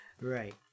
right